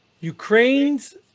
Ukraine's